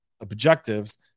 objectives